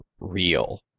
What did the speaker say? real